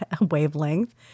wavelength